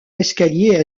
escalier